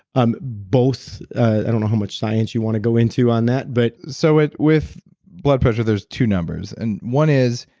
um both, i don't know how much science you want to go into on that but so with blood pressure there's two numbers. and one is,